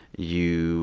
you